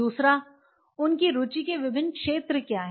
दूसरा उनकी रुचि के विभिन्न क्षेत्र क्या हैं